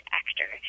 actor